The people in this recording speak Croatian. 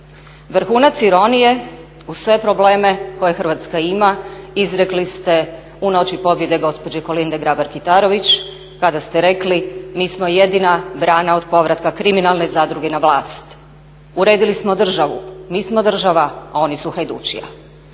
Vrhunac ironije uz sve probleme koje Hrvatska ima izrekli ste u noći pobjede gospođe Kolinde Grabar-Kitarović kada ste rekli mi smo jedina brana od povratka kriminalne zadruge na vlast. Uredili smo državu, mi smo država a oni su hajdučija.